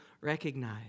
recognize